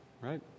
right